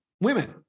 women